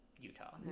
Utah